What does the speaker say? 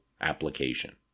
application